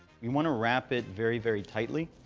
we want to wrap it very, very tightly,